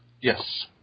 Yes